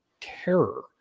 terror